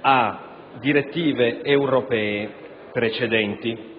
a precedenti